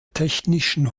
technischen